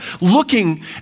looking